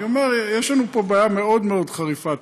אני אומר שיש לנו פה בעיה מאוד מאוד חריפה.